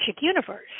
universe